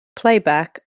playback